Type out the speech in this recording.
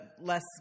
less